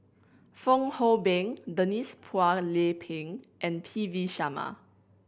Fong Hoe Beng Denise Phua Lay Peng and P V Sharma